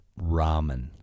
Ramen